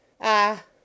Ah